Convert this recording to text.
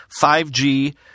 5G